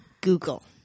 Google